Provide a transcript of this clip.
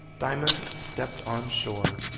diamond stepped on shore,